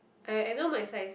I I know my size